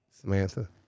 samantha